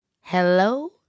Hello